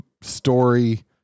story